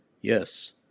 yes